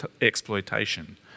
exploitation